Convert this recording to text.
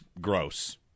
gross